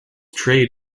trade